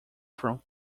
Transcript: from